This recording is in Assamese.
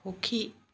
সুখী